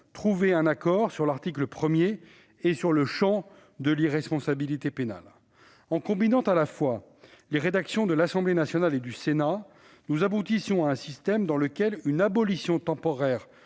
trouvé un accord sur l'article 1 et le champ de l'irresponsabilité pénale. En combinant les rédactions de l'Assemblée et du Sénat, nous aboutissons à un système dans lequel une abolition temporaire